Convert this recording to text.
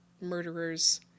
murderers